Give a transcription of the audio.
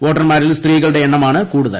വോട്ടർമാരിൽ സ്ത്രീകളുടെ എണ്ണമാണ് കൂടുതൽ